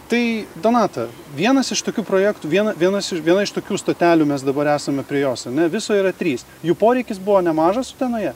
tai donata vienas iš tokių projektų vien vienas iš viena iš tokių stotelių mes dabar esame prie jos ane viso yra trys jų poreikis buvo nemažas utenoje